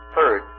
Third